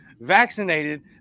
vaccinated